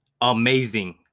amazing